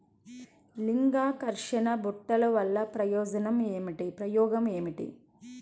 లింగాకర్షక బుట్టలు వలన ఉపయోగం ఏమిటి?